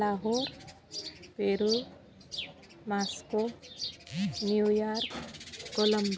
Lahore Peru Moscow New York Colombo